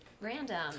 Random